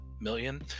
million